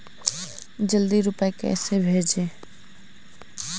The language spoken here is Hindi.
जल्दी रूपए कैसे भेजें?